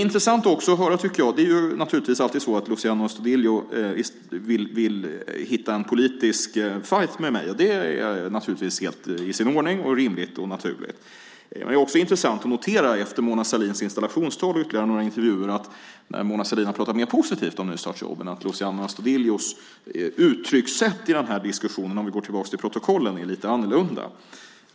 Det är naturligtvis alltid så att Luciano Astudillo vill föra en politisk fajt med mig. Det är naturligtvis helt i sin ordning, rimligt och naturligt. Det är också intressant att notera efter Mona Sahlins installationstal och ytterligare intervjuer att Mona Sahlin har pratat mer positivt om nystartsjobben. Luciano Astudillos uttryckssätt i dessa diskussioner - om vi tittar tillbaka i protokollen - är lite annorlunda.